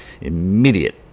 immediate